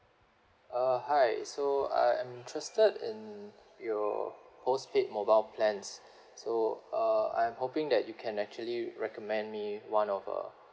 uh hi so I'm interested in your postpaid mobile plans so uh I'm hoping that you can actually recommend me one of uh